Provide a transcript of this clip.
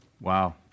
Wow